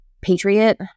Patriot